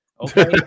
okay